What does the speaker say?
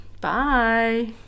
bye